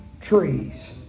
trees